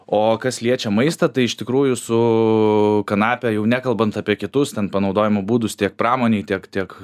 o kas liečia maistą tai iš tikrųjų su kanape jau nekalbant apie kitus ten panaudojimo būdus tiek pramonėj tiek tiek